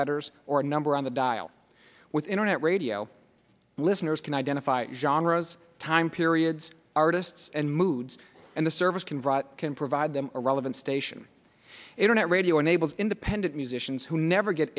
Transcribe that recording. letters or number on the dial with internet radio listeners can identify john rose time periods artists and moods and the service can vote can provide them a relevant station internet radio enables independent musicians who never get